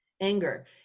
anger